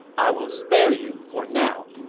i will spare you for now.